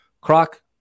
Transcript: Croc